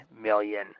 million